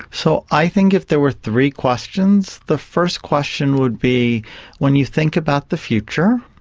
so i think if there were three questions, the first question would be when you think about the future,